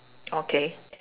okay